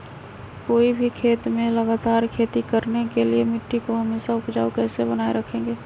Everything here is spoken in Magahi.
कोई भी खेत में लगातार खेती करने के लिए मिट्टी को हमेसा उपजाऊ कैसे बनाय रखेंगे?